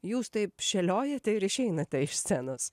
jūs taip šėliojate ir išeinate iš scenos